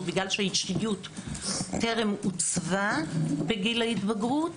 בגלל שהאישיות טרם עוצבה בגיל ההתבגרות,